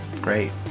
Great